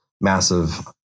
massive